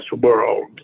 world